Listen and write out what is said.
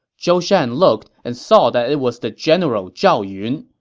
zhou shan looked and saw that it was the general zhao yun.